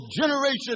generation